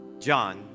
John